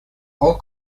all